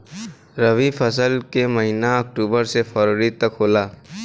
रवी फसल क महिना अक्टूबर से फरवरी तक होला